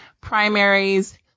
primaries